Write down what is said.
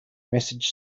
message